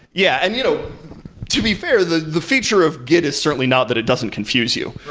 yeah. and you know to be fair, the the feature of git is certainly not that it doesn't confuse you,